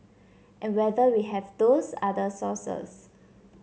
and whether we have those other sources